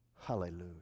Hallelujah